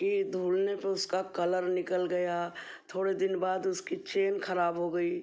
कि धुलने पे उसका कलर निकल गया थोड़े दिन बाद उसकी चेन खराब हो गई